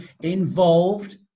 involved